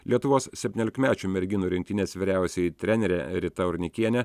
lietuvos septyniolikmečių merginų rinktinės vyriausioji trenerė rita urnikienė